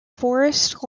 forest